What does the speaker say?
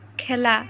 খেলা